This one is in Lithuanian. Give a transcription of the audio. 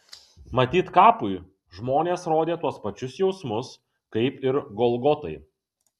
matyt kapui žmonės rodė tuos pačius jausmus kaip ir golgotai